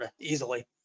Easily